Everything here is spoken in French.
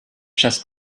chasse